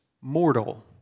mortal